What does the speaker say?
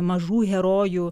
mažų herojų